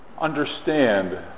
understand